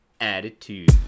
Attitude